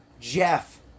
Jeff